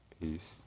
peace